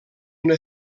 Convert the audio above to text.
una